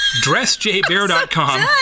Dressjbear.com